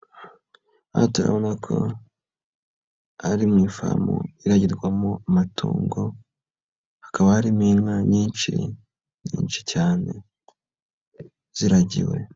Aha turabona ko ari mu ifamu, iragirwamo amatungo, hakaba harimo inka nyinshi, nyinshi cyane, ziragiwe.